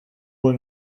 will